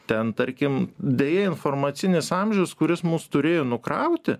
ten tarkim deja informacinis amžius kuris mus turėjo nukrauti